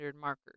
markers